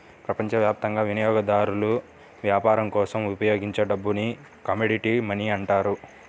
ప్రపంచవ్యాప్తంగా వినియోగదారులు వ్యాపారం కోసం ఉపయోగించే డబ్బుని కమోడిటీ మనీ అంటారు